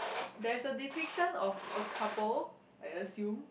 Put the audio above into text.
there is a depiction of a couple I assume